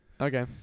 Okay